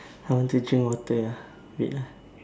I want to drink water ya wait lah